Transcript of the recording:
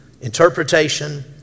interpretation